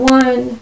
one